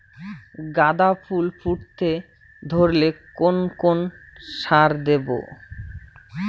গাদা ফুল ফুটতে ধরলে কোন কোন সার দেব?